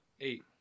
eight